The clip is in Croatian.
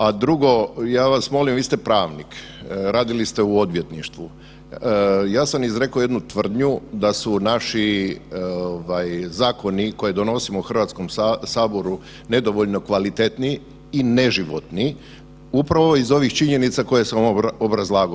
A drugo, ja vas molim vi ste pravnik, radili ste u odvjetništvu, ja sam izrekao jednu tvrdnju da su naši zakoni koje donosimo u Hrvatskom saboru nedovoljno kvalitetni i neživotni upravo iz ovih činjenica koje sam obrazlagao.